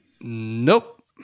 Nope